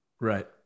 Right